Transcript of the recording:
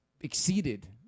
exceeded